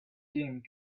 came